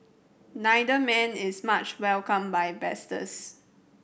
neither man is much welcomed by